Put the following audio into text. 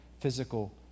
physical